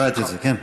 קראתי את זה, כן.